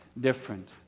different